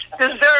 deserve